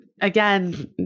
again